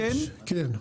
כן.